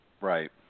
Right